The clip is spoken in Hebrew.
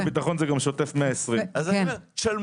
הבריאות זה גם שוטף פלוס 120. זה רעיון מצוין.